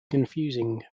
confusing